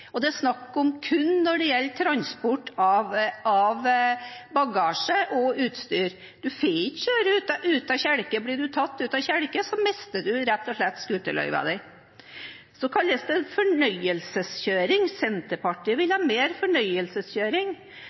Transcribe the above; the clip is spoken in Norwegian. det er kun snakk om transport av bagasje og utstyr. En får ikke kjøre uten kjelke. Blir en tatt uten kjelke, mister en rett og slett scooterløyvet sitt. Så kalles det «fornøyelseskjøring» – at Senterpartiet vil ha mer